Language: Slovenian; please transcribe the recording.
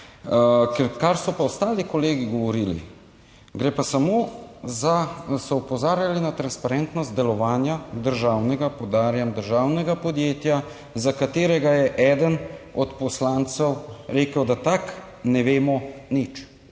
kar so pa ostali kolegi govorili, gre pa samo za, so opozarjali na transparentnost delovanja državnega, poudarjam, državnega podjetja za katerega je eden od poslancev rekel, da tak ne vemo nič,